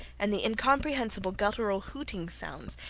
and the incomprehensible guttural hooting sounds,